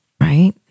Right